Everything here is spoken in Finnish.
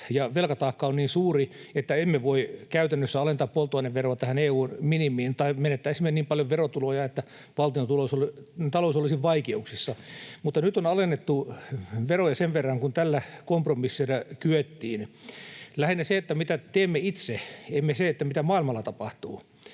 ja velkataakka on niin suuri, että emme voi käytännössä alentaa polttoaineveroa tähän EU:n minimiin, tai menettäisimme niin paljon verotuloja, että valtiontalous olisi vaikeuksissa. Nyt on alennettu veroja sen verran kuin tällä kompromissilla kyettiin. Lähinnä se, mitä teemme itse, eikä se, mitä maailmalla tapahtuu: